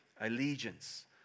allegiance